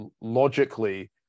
logically